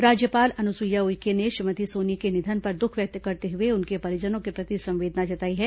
राज्यपाल अनुसुईया उइके ने श्रीमती सोनी के निधन पर दुख व्यक्त करते हुए उनके परिजनों के प्रति संवेदना जताई है